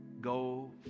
go